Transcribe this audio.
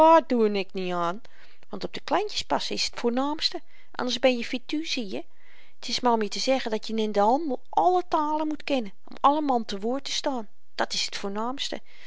doe n ik niet aan want op de kleintjes passen is t voornaamste anders ben je fittu zieje t is maar om je te zeggen dat je n in den handel alle talen moet kennen om alle man te woord te staan dat's t voornaamste